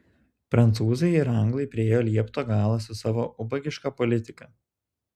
prancūzai ir anglai priėjo liepto galą su savo ubagiška politika